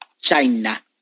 China